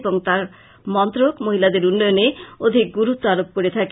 এবং তার মন্ত্রক মহিলাদের উন্নয়নে অধিক গুরুত্ব আরোপ করে থাকে